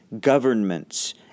governments